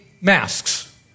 masks